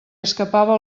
escapava